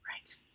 Right